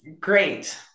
great